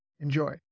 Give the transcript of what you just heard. Enjoy